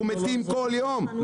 אנחנו מתים כל יום,